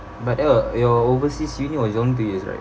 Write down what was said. but uh your overseas uni was around two years right